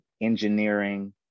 engineering